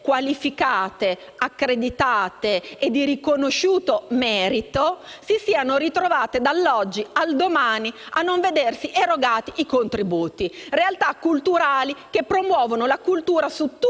qualificate, accreditate e di riconosciuto merito, si siano ritrovate, dall'oggi al domani, a non vedersi erogati i contributi. Si tratta di realtà culturali che promuovono la cultura sul tutto il